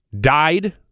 died